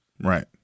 Right